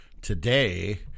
today